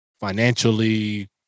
financially